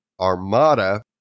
Armada